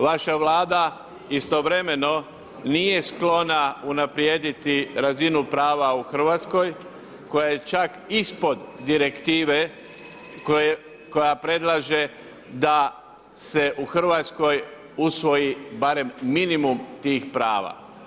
Vaša Vlada istovremeno nije sklona unaprijediti razinu prava u Hrvatskoj koja je čak ispod direktive koja predlaže da se u Hrvatskoj usvoji barem minimum tih prava.